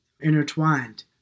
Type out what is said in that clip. intertwined